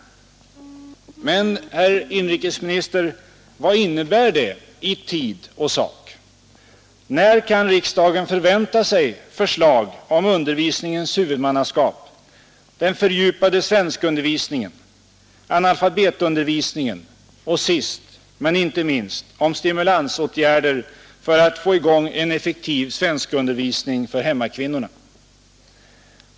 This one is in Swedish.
Men, herr inrikesminister, vad innebär det i tid och sak? När kan riksdagen förvänta sig förslag om undervisningens huvudmannaskap, den fördjupade svenskundervisningen, analfabetundervisningen och sist men inte minst om stimulansåtgärder för att få i gång en effektiv svenskundervisning för hemmakvinnorna?